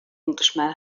englishman